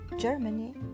Germany